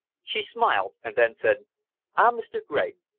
she smiled, and then said ah, mr. gregg,